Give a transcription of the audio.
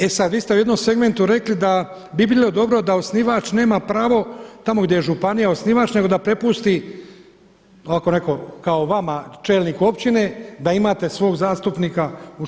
E sad, vi ste u jednom segmentu rekli da bi bilo dobro da osnivač nema pravo tamo gdje je županija osnivač nego da prepusti ovako kao vama čelniku općine da imate svog zastupnika.